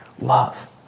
love